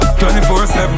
24-7